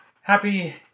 Happy